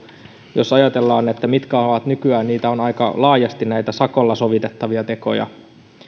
jos ajatellaan mitkä ovat nykyään niitä on aika laajasti näitä sakolla sovitettavia tekoja niin